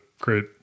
great